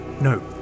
No